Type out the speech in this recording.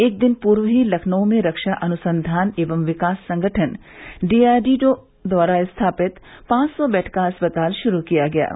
एक दिन पूर्व ही लखनऊ में रक्षा अनुसंधान एवं विकास संगठन डीआरडीओ द्वारा स्थापित पांच सौ बेड का अस्पताल शुरू किया गया है